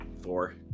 Four